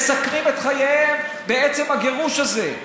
מסכנים את חייהם בעצם הגירוש הזה.